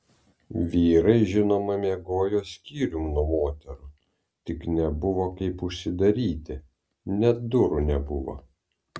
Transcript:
vyrai žinoma miegojo skyrium nuo moterų tik nebuvo kaip užsidaryti net durų nebuvo